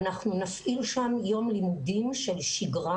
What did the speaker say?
אנחנו נפעיל שם יום לימודים של שגרה